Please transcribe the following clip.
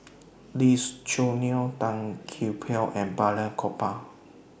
Lee Choo Neo Tan Gee Paw and Balraj Gopal